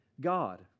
God